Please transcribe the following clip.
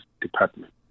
department